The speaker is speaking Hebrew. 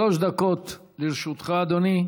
שלוש דקות לרשותך, אדוני.